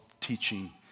teaching